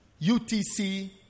UTC